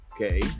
okay